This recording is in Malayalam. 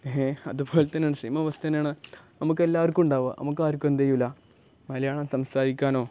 അതുപോലെ തന്നെ സേം അവസ്ഥ തന്നെയാണ് നമുക്കെല്ലാവർക്കും ഉണ്ടാകുക നമുക്ക് ആർക്കും എന്തു ചെയ്യില്ല മലയാളം സംസാരിക്കാനോ